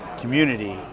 community